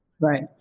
Right